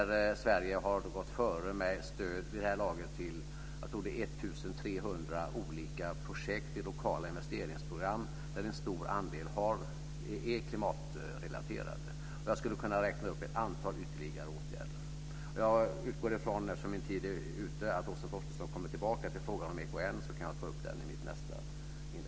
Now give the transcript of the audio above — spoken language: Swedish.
Sverige har gått före med stöd till, som jag tror, vid det här laget 1 300 olika projekt i lokala investeringsprogram, varav en stor andel är klimatrelaterade. Jag skulle kunna räkna upp ett antal ytterligare åtgärder. Min talartid är nu ute, men jag utgår från att Åsa Torstensson kommer tillbaka till frågan om EKN, så att jag kan ta upp den i mitt nästa inlägg.